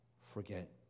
forget